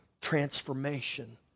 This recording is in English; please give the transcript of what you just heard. Transformation